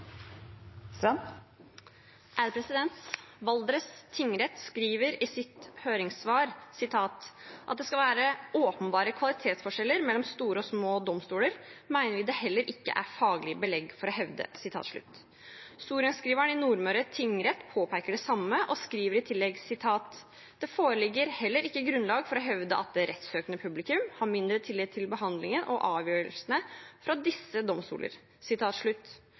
Valdres tingrett skriver i sitt høringssvar: «At det skal være åpenbare kvalitetsforskjeller mellom store og små domstoler, mener vi det heller ikke er faglig belegg for å hevde.» Sorenskriveren i Nordmøre tingrett påpeker det samme, og skriver i tillegg: «Det foreligger heller ikke grunnlag for å hevde at det rettssøkende publikum har mindre tillit til behandlingen og avgjørelsene fra disse domstoler.»